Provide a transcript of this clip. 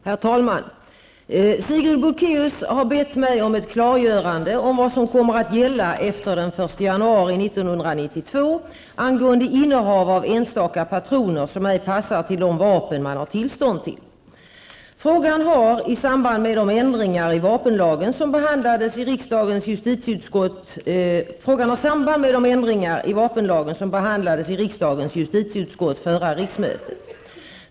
Herr talman! Sigrid Bolkéus har bett mig om ett klargörande om vad som kommer att gälla efter den Frågan har samband med de ändringar i vapenlagen som behandlades i riksdagens justitieutskott förra riksmötet.